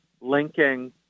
linking